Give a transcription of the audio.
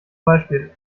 beispiel